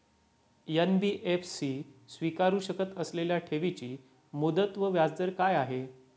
NBFC स्वीकारु शकत असलेल्या ठेवीची मुदत व व्याजदर काय आहे?